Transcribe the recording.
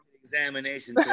examination